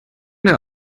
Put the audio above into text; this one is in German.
der